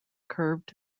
curved